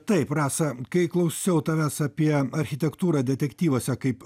taip rasa kai klausiau tavęs apie architektūrą detektyvuose kaip